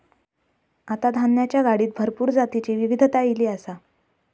आता धान्याच्या गाडीत भरपूर जातीची विविधता ईली आसा